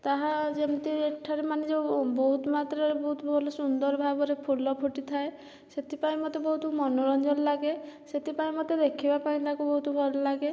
ତାହା ଯେମିତି ଏଠାରେ ମାନେ ଯେଉଁ ବହୁତ୍ ମାତ୍ରାରେ ବହୁତ ଭଲ ସୁନ୍ଦର ଭାବରେ ଫୁଲ ଫୁଟିଥାଏ ସେଥିପାଇଁ ମୋତେ ବହୁତ ମନୋରଞ୍ଜନ ଲାଗେ ସେଥିପାଇଁ ମୋତେ ଦେଖିବା ପାଇଁ ତାକୁ ମୋତେ ବହୁତ ଭଲ ଲାଗେ